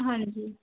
ਹਾਂਜੀ